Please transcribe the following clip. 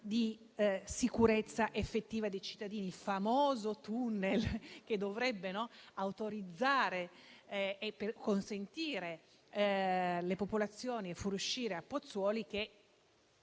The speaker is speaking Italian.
di sicurezza effettiva dei cittadini, come il famoso tunnel che dovrebbe essere autorizzato e consentire alle popolazioni di fuoriuscire a Pozzuoli che,